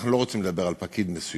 אנחנו לא רוצים לדבר על פקיד מסוים